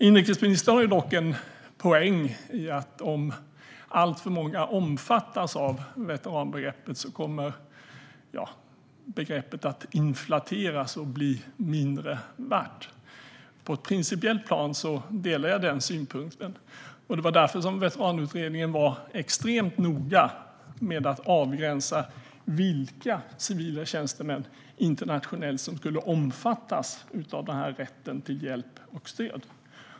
Inrikesministern har dock en poäng i att om alltför många omfattas av veteranbegreppet kommer det att inflateras och bli mindre värt. På ett principiellt plan delar jag den synpunkten. Det var därför som Veteranutredningen var extremt noga med att avgränsa vilka civila tjänstemän i internationell tjänst som skulle omfattas av rätten till hjälp och stöd.